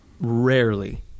rarely